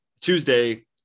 Tuesday